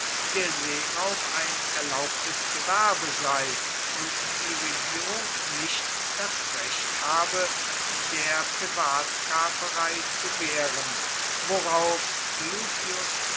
der seeraub ein erlaubtes gewerbe sei und die regierung nicht das recht habe der privatkaperei zu wehren worauf lucius